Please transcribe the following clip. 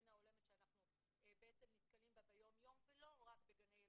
שאיננה הולמת שאנחנו בעצם נתקלים בה ביום יום ולא רק בגני ילדים,